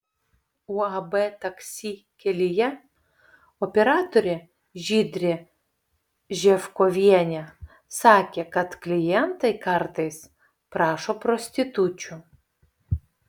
uab taksi kelyje operatorė žydrė ževkovienė sakė kad klientai kartais prašo prostitučių